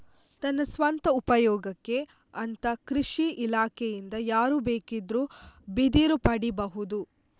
ತನ್ನ ಸ್ವಂತ ಉಪಯೋಗಕ್ಕೆ ಅಂತ ಕೃಷಿ ಇಲಾಖೆಯಿಂದ ಯಾರು ಬೇಕಿದ್ರೂ ಬಿದಿರು ಪಡೀಬಹುದು